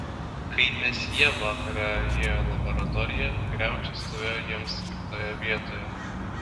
kai mesjė vakare įėjo į laboratoriją griaučiai stovėjo jiems skirtoje vietoje